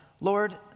Lord